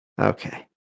okay